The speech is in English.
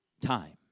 time